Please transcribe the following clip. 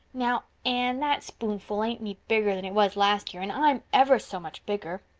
now, anne, that spoonful ain't any bigger than it was last year and i'm ever so much bigger.